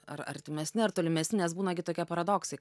ar artimesni ar tolimesni nes būna gi tokie paradoksai